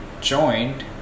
joined